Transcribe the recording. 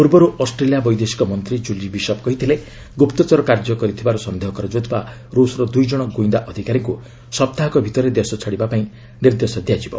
ପୂର୍ବରୁ ଅଷ୍ଟ୍ରେଲିଆ ବୈଦେଶିକ ମନ୍ତ୍ରୀ ଜ୍ଜୁଲି ବିଶପ୍ କହିଥିଲେ ଗୁପ୍ତଚର କାମ କରଥିବାର ସନ୍ଦେହ କରାଯାଉଥିବା ରୁଷ୍ର ଦୁଇଜଣ ଅଘୋଷିତ ଗୁଇନ୍ଦା ଅଧିକାରୀଙ୍କୁ ସପ୍ତାହକ ଭିତରେ ଦେଶ ଛାଡିବା ପାଇଁ ନିର୍ଦ୍ଦେଶ ଦିଆଯିବ